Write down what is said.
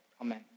Amen